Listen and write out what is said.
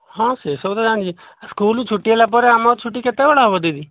ହଁ ସେ ସବୁ ତ ଜାଣିଛି ସ୍କୁଲ ଛୁଟି ହେଲାପରେ ଆମ ଛୁଟି କେତେବେଳେ ହେବ ଦିଦି